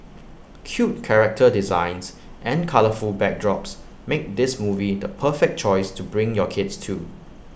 cute character designs and colourful backdrops make this movie the perfect choice to bring your kids to